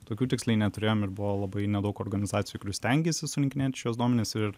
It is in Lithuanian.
tokių tiksliai neturėjom ir buvo labai nedaug organizacijų stengėsi surinkinėti šiuos duomenis ir